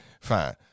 fine